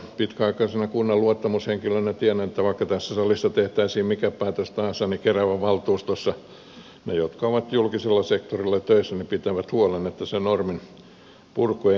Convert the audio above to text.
pitkäaikaisena kunnan luottamushenkilönä tiedän että vaikka tässä salissa tehtäisiin mikä päätös tahansa niin keravan valtuustossa ne jotka ovat julkisella sektorilla töissä pitävät huolen että se norminpurku ei niin vain käykään